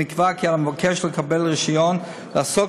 נקבע כי על המבקש לקבל רישיון לעסוק